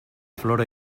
flora